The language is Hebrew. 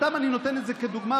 אני נותן את זה סתם כדוגמה,